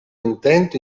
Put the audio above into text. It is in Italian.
intento